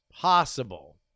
possible